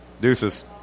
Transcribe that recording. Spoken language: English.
Deuces